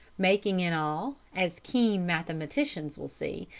making in all, as keen mathematicians will see,